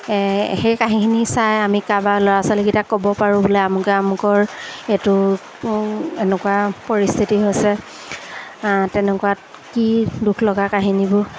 সেই কাহিনী চাই আমি কাৰোবাৰ ল'ৰা ছোৱালীকেইটা ক'ব পাৰোঁ বোলে আমুকে আমুকৰ এইটো এনেকুৱা পৰিস্থিতি হৈছে তেনেকুৱাত কি দুখলগা কাহিনীবোৰ